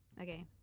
okay